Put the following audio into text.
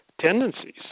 tendencies